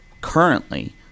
currently